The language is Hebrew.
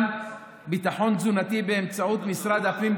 ביטחון תזונתי באמצעות משרד הפנים,